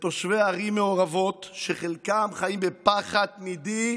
תושבי ערים מעורבות שחלקם חיים בפחד תמידי